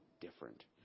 different